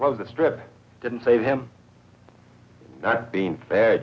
close the strip didn't save him not being fair